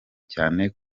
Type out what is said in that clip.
cyane